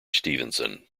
stevenson